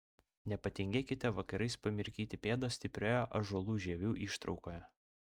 nepatingėkite vakarais pamirkyti pėdas stiprioje ąžuolų žievių ištraukoje